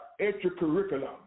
extracurriculum